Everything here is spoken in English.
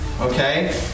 okay